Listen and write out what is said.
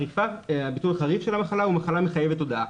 הביטוי החריף של המחלה הוא מחלה מחייבת הודעה,